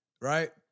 Right